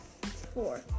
Four